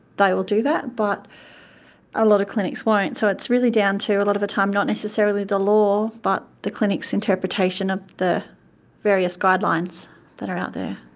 they will do that. but a lot of clinics won't. so it's really down to, a lot of the time, not necessarily the law but the clinic's interpretation of the various guidelines that are out there.